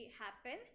happen